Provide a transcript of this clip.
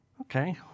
Okay